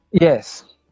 Yes